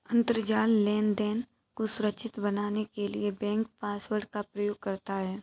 अंतरजाल लेनदेन को सुरक्षित बनाने के लिए बैंक पासवर्ड का प्रयोग करता है